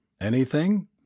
Anything